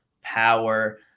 power